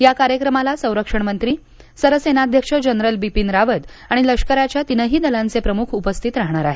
या कार्यक्रमाला संरक्षण मंत्री सरसेनाध्यक्ष जनरल बिपीन रावत आणि लष्कराच्या तिनही दलांचे प्रमुख उपस्थित राहणार आहेत